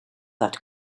that